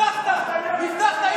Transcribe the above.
הבטחת, הבטחת.